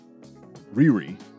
Riri